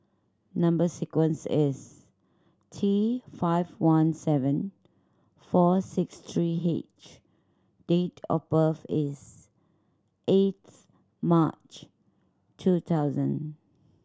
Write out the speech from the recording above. number sequence is T five one seven four six three H date of birth is eighth March two thousand